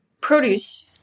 produce